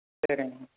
சரிங்க